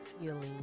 healing